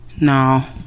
No